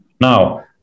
Now